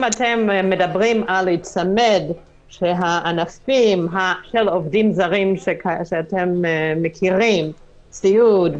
אם אתם מדברים על היצמדות לענפים של עובדים זרים שאתם מכירים: סיעוד,